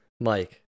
Mike